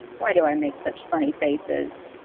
why do i make such funny faces?